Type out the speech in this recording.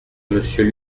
monsieur